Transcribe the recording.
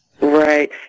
Right